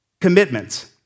Commitment